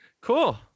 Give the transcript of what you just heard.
Cool